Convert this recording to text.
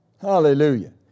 Hallelujah